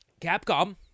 Capcom